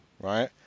right